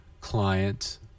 client